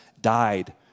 died